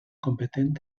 competent